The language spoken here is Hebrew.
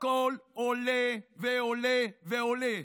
הכול עולה ועולה ועולה,